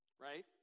right